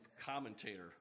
commentator